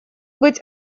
быть